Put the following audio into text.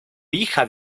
hija